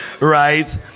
right